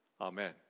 Amen